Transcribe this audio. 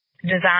Design